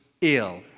ill